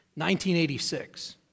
1986